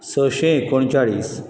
सशे एकोणचाळीस